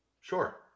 Sure